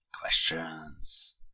questions